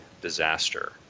disaster